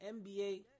NBA